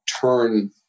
turn